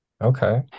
Okay